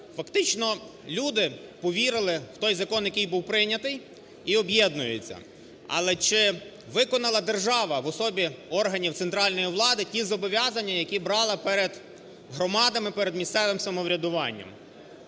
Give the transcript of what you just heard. Фактично люди повірили в той закон, який був прийнятий і об'єднуються. Але чи виконала держава в особі органів центральної влади ті зобов'язання, які брала перед громадами, перед місцевим самоврядуванням.